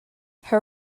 her